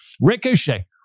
ricochet